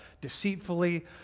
deceitfully